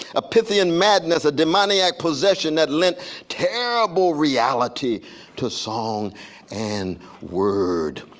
a pythian madness, a demoniac possession that lent terrible reality to song and word.